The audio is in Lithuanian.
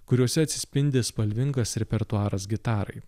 kuriuose atsispindi spalvingas repertuaras gitarai